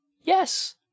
Yes